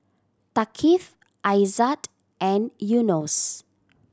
Thaqif Aizat and Yunos